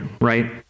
right